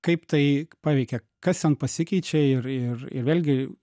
kaip tai paveikia kas ten pasikeičia ir ir ir vėlgi